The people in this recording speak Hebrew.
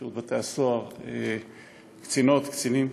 שירות בתי-הסוהר, קצינות, קצינים,